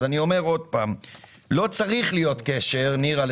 אני אומר שלא צריך להיות קשר נירה,